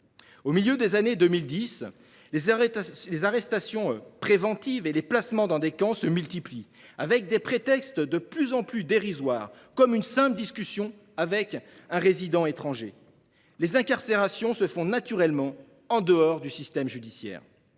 Au milieu des années 2010, les arrestations préventives et les placements dans des camps se multiplient, sous des prétextes de plus en plus dérisoires, comme une simple discussion avec un résident étranger. Les incarcérations se font, naturellement, en dehors du système judiciaire.